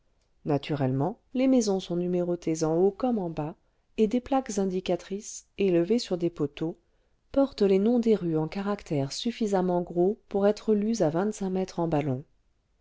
naturellement les maisons sont numérotées en haut comme en bas et des plaques indicatrices élevées sur des poteaux portent les noms des rues en caractères suffisamment gros pour être lus à vingtcmq mètres en ballon